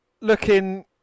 looking